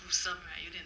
gruesome right 有点